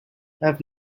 have